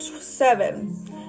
seven